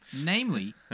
Namely